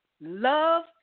love